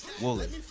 Wooly